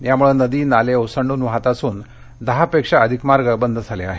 यामुळे नदी नाले ओसंडून वाहत असून दहापेक्षा अधिक मार्ग बंद झाले आहेत